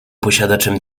posiadaczem